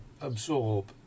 absorb